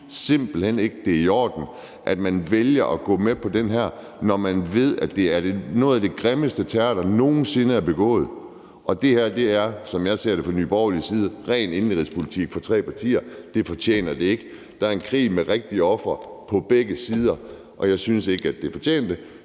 simpelt hen ikke, det er i orden, at man vælger at gå med på den her, når man ved, at det er noget af den grimmeste terror, der nogen sinde er begået, og det her er, som jeg ser det fra Nye Borgerliges side, ren indenrigspolitik fra tre partiers side, og det fortjener det ikke. Der er en krig med rigtige ofre på begge sider, og jeg synes ikke, det har fortjent det.